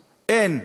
אין.